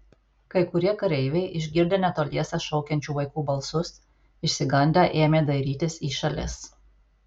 kai kurie kareiviai išgirdę netoliese šaukiančių vaikų balsus išsigandę ėmė dairytis į šalis